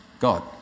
God